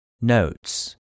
Notes